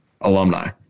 alumni